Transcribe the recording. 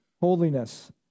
holiness